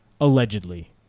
Allegedly